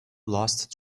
lost